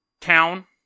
town